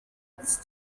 this